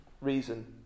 reason